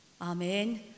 Amen